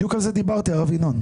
בדיוק על זה דיברתי, הרב ינון.